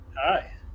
Hi